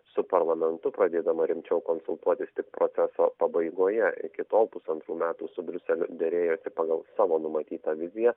su parlamentu pradėdama rimčiau konsultuotis tik proceso pabaigoje iki tol pusantrų metų su briuseliu derėjosi pagal savo numatytą viziją